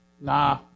nah